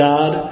God